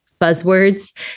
buzzwords